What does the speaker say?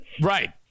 Right